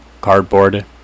Cardboard